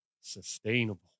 Sustainable